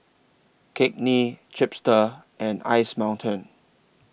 Cakenis Chipster and Ice Mountain